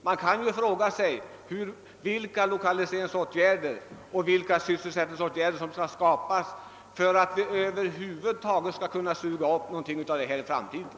Man kan fråga sig vilka lokaliseringsåtgärder och vilka sysselsättningsåtgärder som behövs för att vi över huvud taget skall kunna suga upp något av denna arbetslöshet i framtiden.